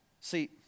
See